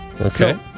Okay